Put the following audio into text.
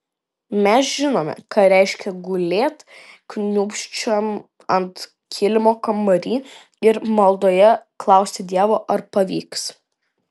mes žinome ką reiškia gulėt kniūbsčiam ant kilimo kambary ir maldoje klausti dievo ar pavyks